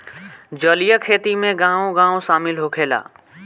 जलीय खेती में गाँव गाँव शामिल होखेला